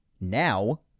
now